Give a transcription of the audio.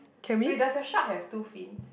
wait does the shark has two fins